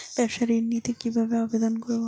ব্যাবসা ঋণ নিতে কিভাবে আবেদন করব?